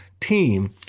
team